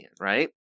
right